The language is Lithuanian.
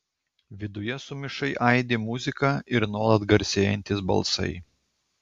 viduje sumišai aidi muzika ir nuolat garsėjantys balsai